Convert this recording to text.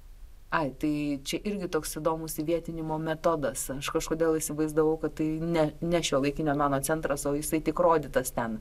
ai tai čia irgi toks įdomus įvietinimo metodas aš kažkodėl įsivaizdavau kad tai ne ne šiuolaikinio meno centras o jisai tik rodytas ten